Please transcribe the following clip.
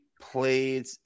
played